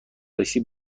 تاکسی